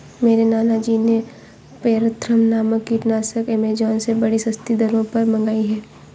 मेरे नाना जी ने पायरेथ्रम नामक कीटनाशक एमेजॉन से बड़ी सस्ती दरों पर मंगाई है